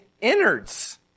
innards